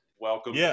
welcome